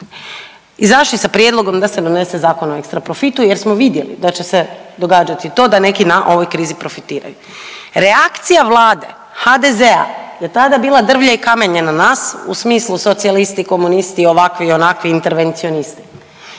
izašli sa prijedlogom da se donese Zakon o ekstra profitu jer smo vidjeli da će se događati to da neki na ovoj krizi profitiraju. Reakcija Vlade, HDZ-a je tada bila drvlje i kamenje na nas u smislu socijalisti, komunisti, ovakvi i onakvi, intervencionisti.